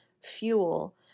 fuel